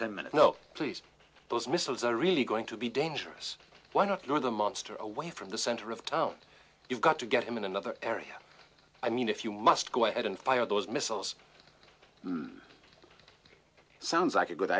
ten minutes no please those missiles are really going to be dangerous why not go the monster away from the center of town you've got to get him in another area i mean if you must go ahead and fire those missiles sounds like a good